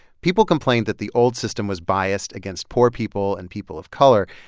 people complained that the old system was biased against poor people and people of color.